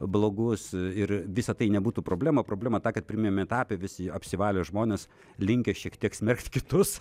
blogus ir visa tai nebūtų problema problema ta kad pirmam etape visi apsivalę žmonės linkę šiek tiek smerkti kitus